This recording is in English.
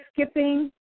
skipping